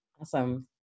Awesome